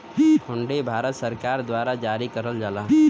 हुंडी भारत सरकार द्वारा जारी करल जाला